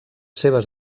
seves